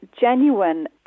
genuine